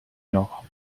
nord